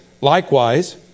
likewise